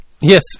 Yes